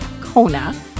kona